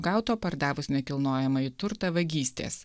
gauto pardavus nekilnojamąjį turtą vagystės